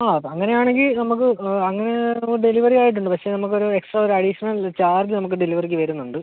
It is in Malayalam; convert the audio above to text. ആ അത് അങ്ങനെ ആണെങ്കിൽ നമുക്ക് അങ്ങ് ഡെലിവറി ആയിട്ട് ഉണ്ട് പക്ഷെ നമുക്ക് ഒരു എക്സ്ട്രാ ഒരു അഡീഷണൽ ചാർജ് നമുക്ക് ഡെലിവറിക്ക് വരുന്നുണ്ട്